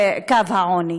קו העוני.